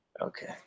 Okay